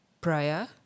prior